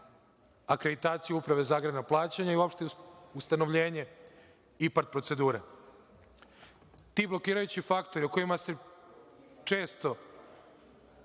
akreditaciju Uprave za agrarna plaćanja i ustanovljenje IPARD procedure. Ti blokirajući faktori, o kojima se često